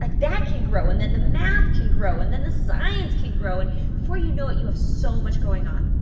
like that can grow and then the math can grow and then the science can grow. and before you know it you have so much going on.